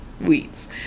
weeds